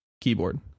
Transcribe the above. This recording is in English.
keyboard